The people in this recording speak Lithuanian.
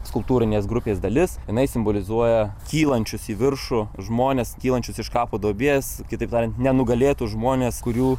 skulptūrinės grupės dalis jinai simbolizuoja kylančius į viršų žmones kylančius iš kapo duobės kitaip tariant nenugalėtus žmones kurių